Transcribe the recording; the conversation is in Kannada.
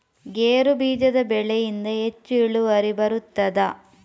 ಗೇರು ಬೀಜದ ಬೆಳೆಯಿಂದ ಹೆಚ್ಚು ಇಳುವರಿ ಬರುತ್ತದಾ?